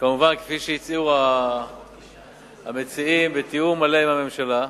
כמובן, כפי שהציעו המציעים, בתיאום מלא עם הממשלה,